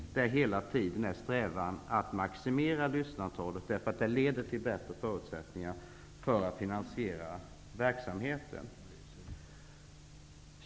Strävan är hela tiden att maximera antalet lyssnare, därför att det leder till bättre förutsättningar för finansieringen av verksamheten.